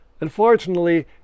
Unfortunately